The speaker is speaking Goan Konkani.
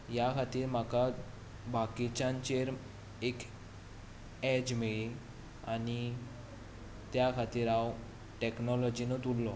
म्हाका बाकीच्यांचेर एक एज मेळ्ळी त्या खातीर हांव टॅक्नोलोजींतूच उरलो